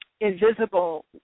invisible